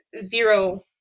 zero